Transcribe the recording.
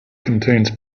contains